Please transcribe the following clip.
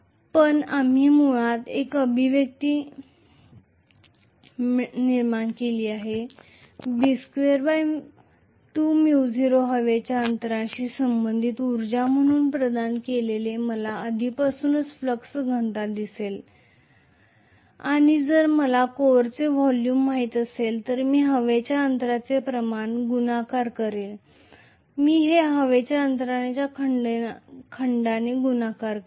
पण आम्ही मुळात एक अभिव्यक्ती मिळाली आहे B22µ0 हवेच्या अंतराशी संबंधित उर्जा म्हणून प्रदान केलेले मला आधीपासूनच फ्लक्स घनता दिले गेले आहे आणि जर मला कोरचे व्हॉल्यूम माहित असेल तर मी हवेच्या अंतराचे प्रमाण गुणाकार करेल मी हे हवेच्या अंतराच्या खंडाने गुणाकार करीन